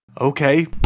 Okay